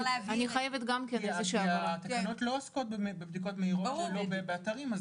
כי התקנות לא עוסקות באמת בבדיקות מהירות שלא באתרים.